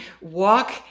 walk